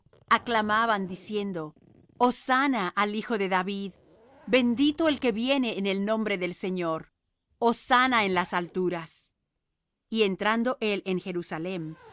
aclamaban diciendo hosanna al hijo de david bendito el que viene en el nombre del señor hosanna en las alturas y entrando él en jerusalem